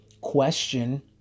question